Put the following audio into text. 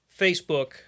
Facebook